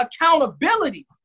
accountability